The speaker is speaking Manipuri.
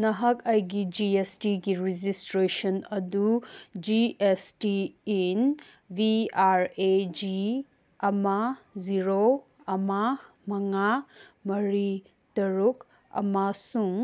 ꯅꯍꯥꯛ ꯑꯩꯒꯤ ꯖꯤ ꯑꯦꯁ ꯇꯤꯒꯤ ꯔꯦꯖꯤꯁꯇ꯭ꯔꯦꯁꯟ ꯑꯗꯨ G S T IN V R A G ꯑꯃ ꯖꯤꯔꯣ ꯑꯃ ꯃꯉꯥ ꯃꯔꯤ ꯇꯔꯨꯛ ꯑꯃꯁꯨꯡ